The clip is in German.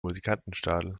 musikantenstadl